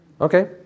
Okay